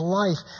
life